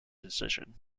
decision